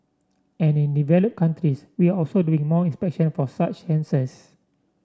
and in developed countries we are also doing more inspection for such cancers